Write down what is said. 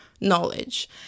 knowledge